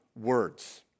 words